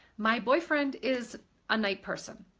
my boyfriend is a night person